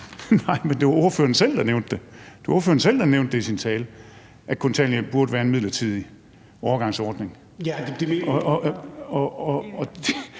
Men det var ordføreren selv, der nævnte det. Det var ordføreren selv, der nævnte det i sin tale, altså at kontanthjælp burde være en midlertidig overgangsordning. Men det er det jo